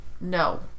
no